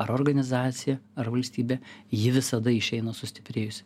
ar organizacija ar valstybė ji visada išeina sustiprėjusi